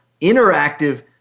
interactive